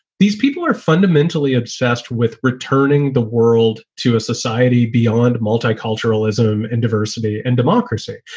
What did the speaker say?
these people are fundamentally obsessed with returning the world to a society beyond multiculturalism and diversity and democracy.